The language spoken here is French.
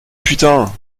putain